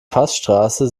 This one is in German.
passstraße